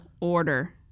order